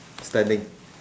spelling